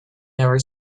never